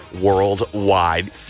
worldwide